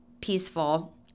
peaceful